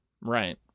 Right